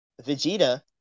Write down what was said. Vegeta